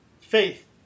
faith